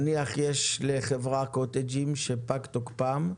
נניח יש לחברה גביעי קוטג' שפג תוקפם,